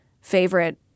favorite